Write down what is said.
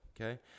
Okay